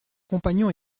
compagnon